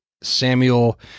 Samuel